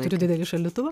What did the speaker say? turiu didelį šaldytuvą